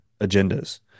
agendas